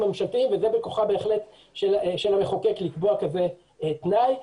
הממשלתיים וזה בהחלט בכוחו של המחוקק לקבוע תנאי כזה.